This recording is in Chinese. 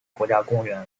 国家公园